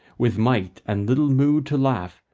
with might and little mood to laugh,